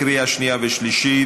קריאה שנייה ושלישית.